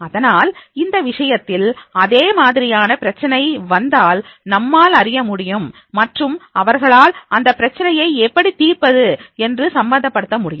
அதனால் இந்த விஷயத்தில் அதே மாதிரியான பிரச்சனை வந்தால் நம்மால் அறிய முடியும் மற்றும் அவர்களால் அந்த பிரச்சனையை எப்படி தீர்ப்பது என்று சம்பந்தப் படுத்த முடியும்